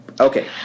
Okay